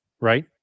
right